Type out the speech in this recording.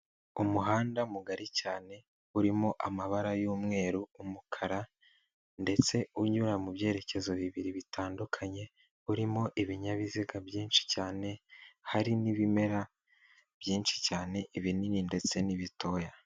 Umuhanda mugari cyane urimo amabara y'umweru umukara ndetse unyura mu byerekezo bibiri bitandukanye urimo ibinyabiziga byinshi cyane hari n'ibimera byinshi cyane ibinini ndetse n'ibitoya.